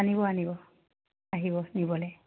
আনিব আনিব আহিব নিবলে